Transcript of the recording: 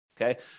Okay